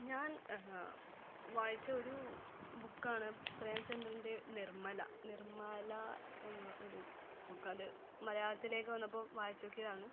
ഞാൻ വായിച്ച ഒരു ബുക്കാണ് പ്രേം ചന്ദ്രൻ്റെ നിർമ്മല നിർമ്മല എന്ന ഒരു ബുക്ക് അത് മലയാളത്തിലേക്ക് വന്നപ്പോൾ വായിച്ചു നോക്കിയതാണ്